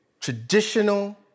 traditional